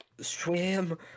swim